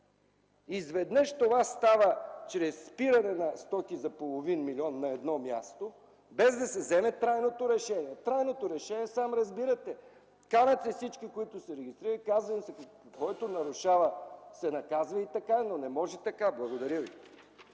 изведнъж това става чрез спиране на стоки за половин милион на едно място, без да се вземе трайното решение. Трайното решение, сам разбирате е – карате всички, които са регистрирани, и казвате: „Който нарушава, се наказва!”, но не може така. Благодаря Ви.